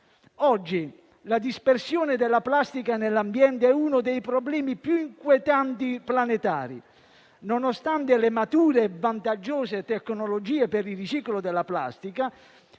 Oggi la dispersione della plastica nell'ambiente è uno dei problemi planetari più inquietanti. Nonostante le mature e vantaggiose tecnologie per il riciclo della plastica,